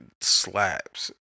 slaps